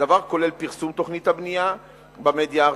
הדבר כולל פרסום תוכנית הבנייה במדיה הארצית,